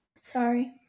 Sorry